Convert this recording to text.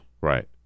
right